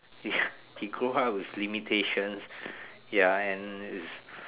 he grow up with limitation ya and is